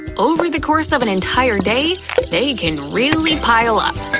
over the course of an entire day, they can really pile up.